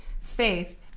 faith